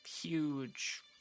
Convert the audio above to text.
huge